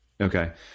Okay